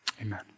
Amen